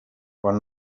quan